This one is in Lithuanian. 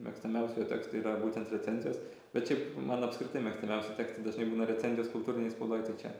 mėgstamiausi jo tekste yra būtent recenzijos bet šiaip man apskritai mėgstamiausi tekstai dažnai būna recenzijos kultūrinėj spaudoj tai čia